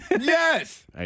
Yes